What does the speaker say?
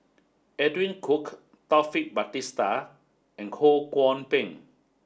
Edwin Koek Taufik Batisah and Ho Kwon Ping